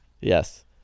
Yes